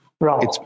right